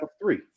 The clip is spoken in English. three